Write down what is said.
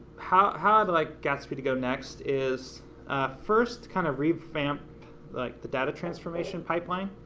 how how i would like gatsby to go next is first, kind of revamp like the data transformation pipeline.